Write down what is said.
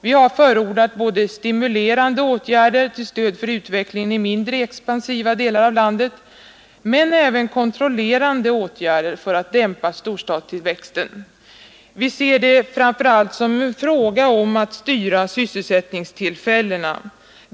Vi har förordat stimulerande åtgärder till stöd för utvecklingen i mindre expansiva delar av landet men även kontrollerande åtgärder för att dämpa storstadstillväxten. Vi ser det framför allt som en fråga om att styra sysselsättningstillfällena.